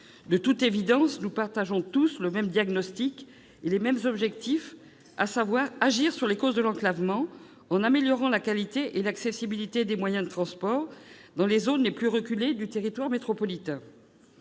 De toute évidence, nous partageons tous le même diagnostic et les mêmes objectifs, à savoir agir sur les causes de l'enclavement en améliorant la qualité et l'accessibilité des moyens de transport dans les zones les plus reculées du territoire métropolitain.